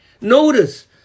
Notice